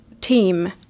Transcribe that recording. team